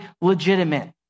legitimate